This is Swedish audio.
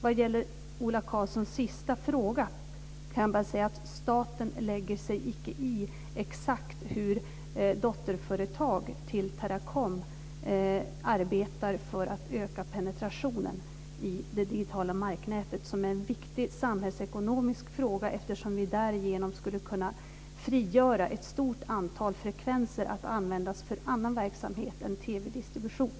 Vad gäller Ola Karlssons fråga kan jag bara säga att staten lägger sig icke i exakt hur dotterföretag till Teracom arbetar för att öka penetrationen i det digitala marknätet, som är en viktig samhällsekonomisk fråga, eftersom vi därigenom skulle kunna frigöra ett stort antal frekvenser att användas för annan verksamhet än TV-distribution.